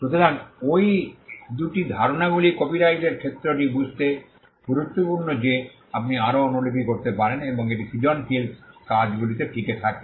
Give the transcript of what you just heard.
সুতরাং এই দুটি ধারণাগুলি কপিরাইটের ক্ষেত্রটি বুঝতে গুরুত্বপূর্ণ যে আপনি আরও অনুলিপি করতে পারেন এবং এটি সৃজনশীল কাজগুলিতে টিকে থাকে